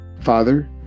Father